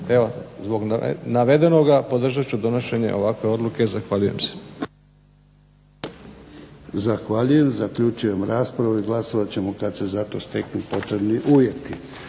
Evo, zbog navedenog podržat ću donošenje ovakve odluke. Zahvaljujem se. **Jarnjak, Ivan (HDZ)** Zahvaljujem. Zaključujem raspravu i glasovat ćemo kada se za to steknu potrebni uvjeti.